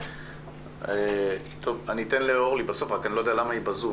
אני אתן לאורלי בהמשך.